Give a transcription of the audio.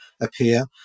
appear